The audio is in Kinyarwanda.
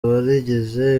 abarigize